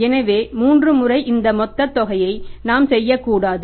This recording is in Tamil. எனவே 3 முறை இந்த மொத்த தொகையை நாம் செய்யக்கூடாது